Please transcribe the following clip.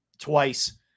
twice